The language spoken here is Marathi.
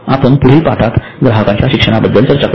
आपण पुढील पाठात ग्राहकांच्या शिक्षणाबद्दल चर्चा करू